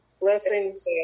Blessings